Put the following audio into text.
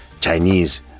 Chinese